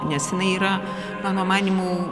nes jinai yra mano manymu